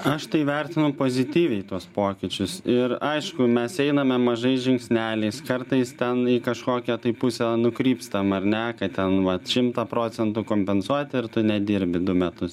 aš tai vertinu pozityviai tuos pokyčius ir aišku mes einame mažais žingsneliais kartais ten į kažkokią tai pusę nukrypstam ar ne kad ten va šimtą procentų kompensuoti ir tu nedirbi du metus